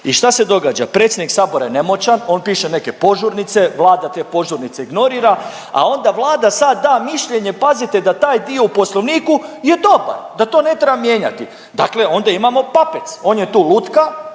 I šta se događa? Predsjednik Sabora je nemoćan, on piše neke požurnice Vlada te požurnice ignorira, a onda Vlada sad da mišljenje pazite da taj dio u poslovniku je dobar da to ne treba mijenjati. Dakle onda imamo papec, on je tu lutka